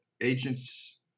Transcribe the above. agents